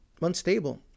unstable